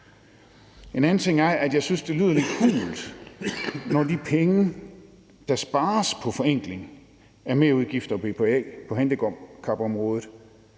En anden ting er, at jeg synes, det lyder lidt hult, når de penge, der spares på forenkling af merudgifter og BPA på handicapområdet,